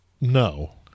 No